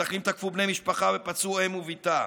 מתנחלים תקפו בני משפחה ופצעו אם ובתה,